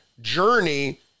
journey